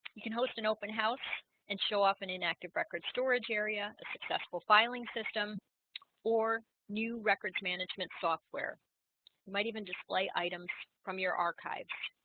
you can host an open house and show off an inactive record storage area a successful filing system or new records management software might even display items from your archives